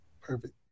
perfect